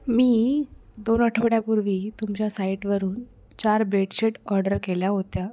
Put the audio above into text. मी दोन आठवड्यापूर्वी तुमच्या साईटवरून चार बेडशीट ऑडर केल्या होत्या